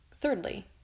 thirdly